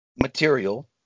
material